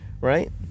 right